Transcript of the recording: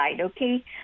okay